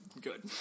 Good